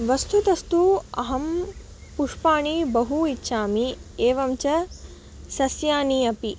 वस्तुतस्तु अहं पुष्पाणि बहु इच्छामि एवञ्च सस्यानि अपि